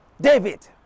David